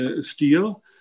steel